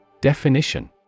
Definition